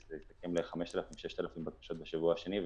זה הסתכם ב6,000-5,000 בקשות בשבוע השני,